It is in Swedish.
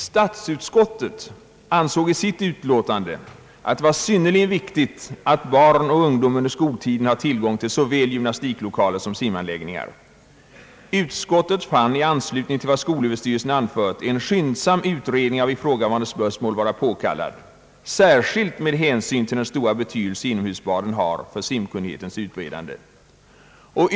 Statsutskottet ansåg i sitt utlåtande att det var synnerligen viktigt att barn och ungdom under skoltiden har tillgång till såväl gymnastiklokaler som simanläggningar. Utskottet fann i anslutning till vad skolöverstyrelsen anfört en skyndsam utredning av ifrågavarande spörsmål vara påkallad, särskilt med hänsyn till den stora betydelse inomhusbaden har för simkunnighetens utbredande.